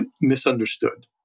misunderstood